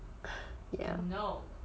yup